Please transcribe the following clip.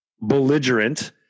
belligerent